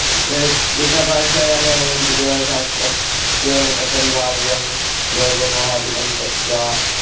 अत्रैव गीताभाष्यायामेव वदन्ति जीवनशास्त्रं जीवने कथं भाव्यं लोभमोहादिकं त्यक्त्वा